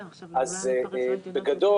בגדול,